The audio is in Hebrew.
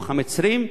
ובתיווך המצרים.